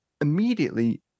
immediately